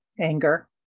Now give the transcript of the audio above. anger